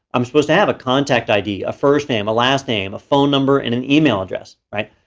i'm supposed to have a contact id, a first name, a last name, a phone number, and an email address, right.